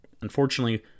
Unfortunately